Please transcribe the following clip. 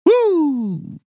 Woo